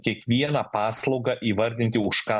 kiekvieną paslaugą įvardinti už ką